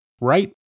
right